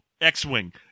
X-Wing